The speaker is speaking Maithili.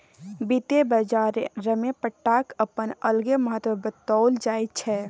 वित्तीय बाजारमे पट्टाक अपन अलगे महत्व बताओल जाइत छै